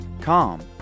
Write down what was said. Calm